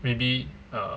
maybe err